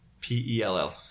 P-E-L-L